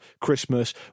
Christmas